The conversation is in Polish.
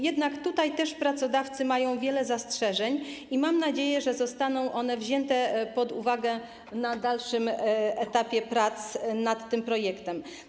Jednak tutaj pracodawcy mają wiele zastrzeżeń i mam nadzieję, że zostaną one wzięte pod uwagę na dalszym etapie prac nad tym projektem.